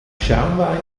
schaumwein